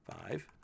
five